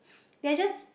they are just